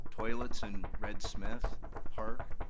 toilets in red smith park,